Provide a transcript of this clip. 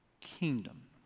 kingdom